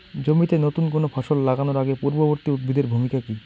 জমিতে নুতন কোনো ফসল লাগানোর আগে পূর্ববর্তী উদ্ভিদ এর ভূমিকা কি?